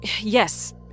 Yes